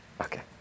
Okay